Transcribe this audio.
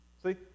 See